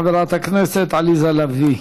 חברת הכנסת עליזה לביא.